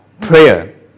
prayer